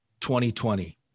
2020